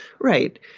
Right